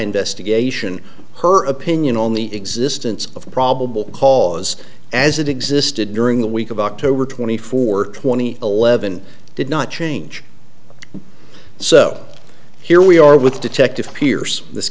investigation her opinion on the existence of probable cause as it existed during the week of october twenty fourth twenty eleven did not change so here we are with detective pierce this